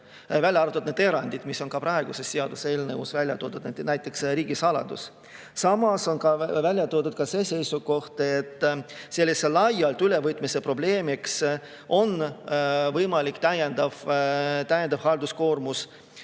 Välja arvatud need erandid, mis on ka praeguses seaduseelnõus välja toodud, näiteks riigisaladus. Samas on ka välja toodud seisukoht, et sellise laialt ülevõtmise probleemiks on võimalik täiendav halduskoormus,